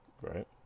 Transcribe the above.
Right